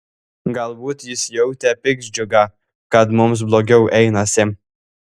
galbūt jis jautė piktdžiugą kad mums blogiau einasi